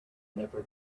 never